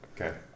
Okay